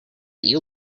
you